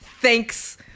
Thanks